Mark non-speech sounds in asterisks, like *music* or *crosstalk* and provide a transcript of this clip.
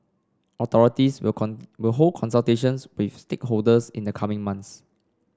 authorities will *unintelligible* will hold consultations with stakeholders in the coming months